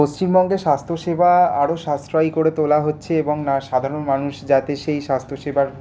পশ্চিমবঙ্গে স্বাস্থ্যসেবা আরও সাশ্রয়ী করে তোলা হচ্ছে এবং সাধারণ মানুষ যাতে সেই স্বাস্থ্যসেবার